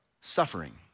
Suffering